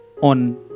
on